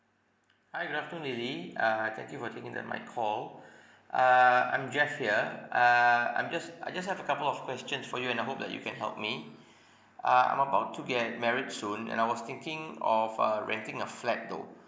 hi good afternoon lily uh thank you for taking in the my call uh I'm jeff here uh I'm just I just have a couple of questions for you and I hope that you can help me uh I'm about to get married soon and I was thinking of uh renting a flat though